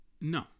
No